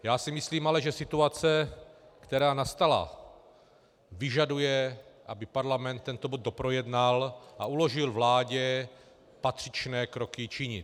Já si ale myslím, že situace, která nastala, vyžaduje, aby parlament tento bod doprojednal a uložil vládě patřičné kroky činit.